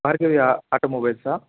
భార్గవి ఆ ఆటోమొబైల్సా